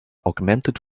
augmented